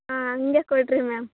ಹಾಂ ಹಾಗೆ ಕೊಡಿ ಮ್ಯಾಮ್